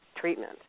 treatment